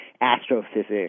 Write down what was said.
astrophysics